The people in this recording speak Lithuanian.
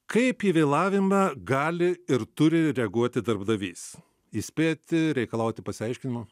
kaip į vėlavimą gali ir turi reaguoti darbdavys įspėti reikalauti pasiaiškinimo